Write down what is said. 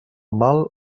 mal